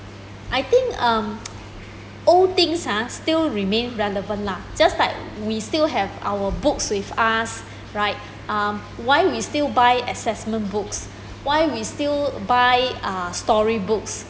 I think um old things ah still remain relevant lah just like we still have our books with us right um why we still buy assessment books why we still buy uh storybooks